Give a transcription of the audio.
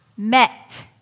Met